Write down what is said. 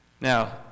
Now